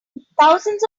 thousands